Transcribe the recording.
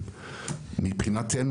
מבחינתנו,